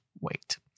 wait